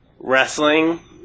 Wrestling